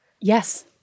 Yes